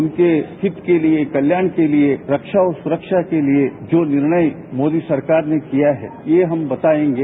उनके हित के लिए कल्याण के लिए रक्षा और सुरक्षा के लिए जो निर्णय मोदी सरकार ने किया है ये हम बताएंगे